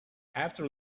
after